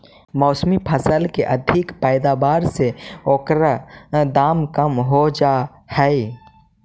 मौसमी फसल के अधिक पैदावार से ओकर दाम कम हो जाऽ हइ